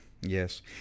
Yes